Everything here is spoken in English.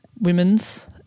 women's